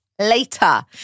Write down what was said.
later